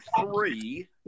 three